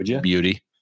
beauty